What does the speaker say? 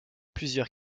plusieurs